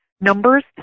Numbers